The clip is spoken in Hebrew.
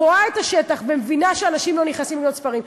רואה את השטח ומבינה שאנשים לא נכנסים לקנות ספרים.